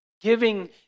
Giving